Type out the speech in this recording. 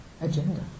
agenda